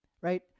right